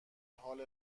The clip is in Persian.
حال